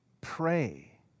pray